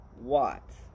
Watts